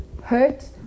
hurt